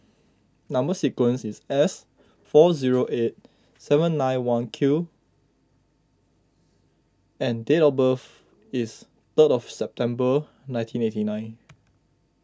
Number Sequence is S four zero eight seven nine one six Q and date of birth is third of September nineteen eighty nine